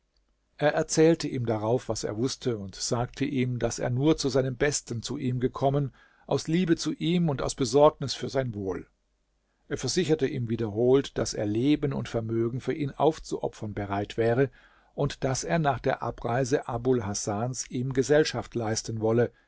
er erzählte ihm darauf was er wußte und sagte ihm daß er nur zu seinem besten zu ihm gekommen aus liebe zu ihm und aus besorgnis für sein wohl er versicherte ihm wiederholt daß er leben und vermögen für ihn aufzuopfern bereit wäre und daß er nach der abreise abul hasans ihm gesellschaft leisten wolle